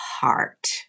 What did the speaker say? heart